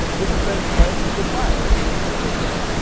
this has been playing with fire with dave kloiber everyone.